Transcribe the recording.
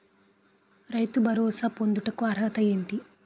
రైతు భరోసా పొందుటకు అర్హత ఏంటి?